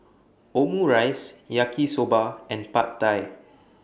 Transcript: Omurice Yaki Soba and Pad Thai